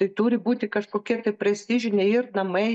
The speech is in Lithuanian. tai turi būti kažkokie tai prestižiniai ir namai